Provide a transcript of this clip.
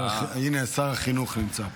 הינה, שר החינוך נמצא פה.